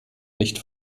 nicht